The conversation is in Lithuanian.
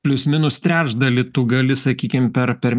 plius minus trečdalį tu gali sakykim per per